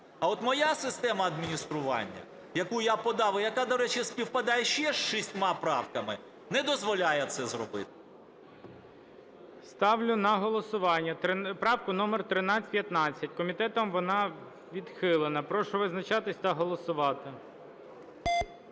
А от моя система адміністрування, яку я подав і яка, до речі, співпадає ще з шістьма правками, не дозволяє це зробити. ГОЛОВУЮЧИЙ. Ставлю на голосування правку номер 1315. Комітетом вона відхилена. Прошу визначатися та голосувати.